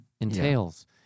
entails